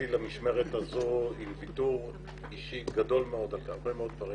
למשמרת הזאת עם ויתור אישי גדול מאוד על הרבה מאוד דברים